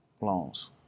loans